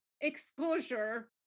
exposure